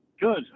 Good